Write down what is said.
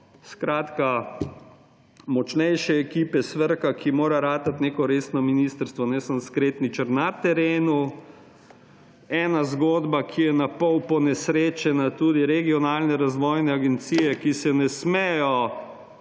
skratka močnejše ekipe SVRK, ki mora postati neko resno ministrstvo ne samo skretničar na terenu. Ena zgodba, ki je napol ponesrečena, tudi regionalne razvojne agencije, ki se ne smejo